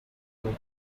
you